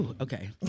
Okay